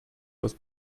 was